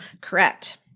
Correct